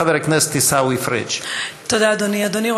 חבר הכנסת עיסאווי פריג'.